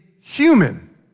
human